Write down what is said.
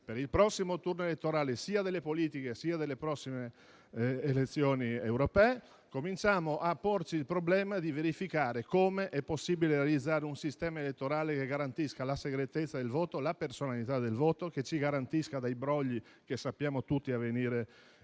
per il prossimo turno elettorale sia delle politiche sia delle prossime elezioni europee, cominciamo a porci il problema di verificare come sia possibile realizzare un sistema elettorale che garantisca la segretezza e la personalità del voto, che ci garantisca dai brogli che - come sappiamo tutti - avvengono